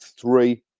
three